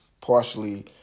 partially